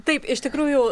taip iš tikrųjų